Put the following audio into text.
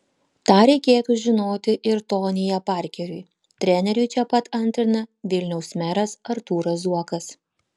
tą reikėtų žinoti ir tonyje parkeriui treneriui čia pat antrina vilniaus meras artūras zuokas